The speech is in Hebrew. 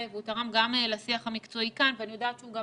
והוא תרם גם לשיח המקצועי כאן ואני יודעת שהוא גם